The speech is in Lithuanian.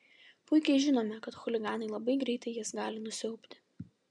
puikiai žinome kad chuliganai labai greitai jas gali nusiaubti